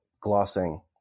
glossing